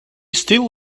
still